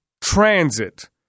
transit